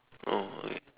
oh okay